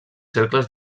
cercles